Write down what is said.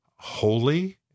holy